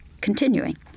continuing